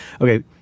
Okay